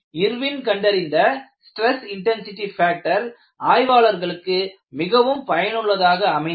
Irwin கண்டறிந்த stress intensity factor ஆய்வாளர்களுக்கு மிகவும் பயனுள்ளதாக அமைந்தது